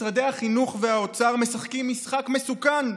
משרדי החינוך והאוצר משחקים משחק מסוכן,